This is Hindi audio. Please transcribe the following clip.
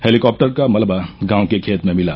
हेलीकॉप्टर का मलवा गांव के खेत में मिला